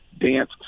dance